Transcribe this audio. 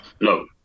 No